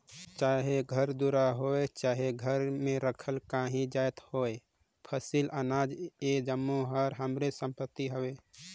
चाहे घर दुरा होए चहे घर में राखल काहीं जाएत होए फसिल, अनाज ए जम्मो हर हमरेच संपत्ति हवे